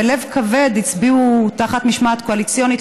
בלב כבד הצביעו תחת משמעת קואליציונית,